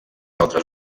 altres